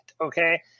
okay